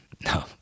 no